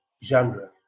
genre